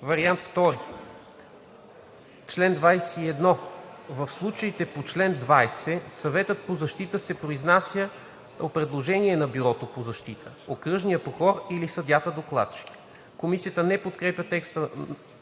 Вариант II: „Чл. 21. В случаите по чл. 20 Съветът по защита се произнася по предложение на Бюрото по защита, окръжния прокурор или съдията-докладчик.“ Комисията не подкрепя текста